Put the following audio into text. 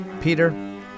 Peter